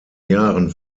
jahren